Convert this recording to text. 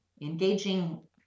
Engaging